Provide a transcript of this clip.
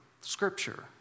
Scripture